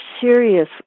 serious